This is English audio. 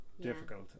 difficult